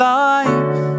life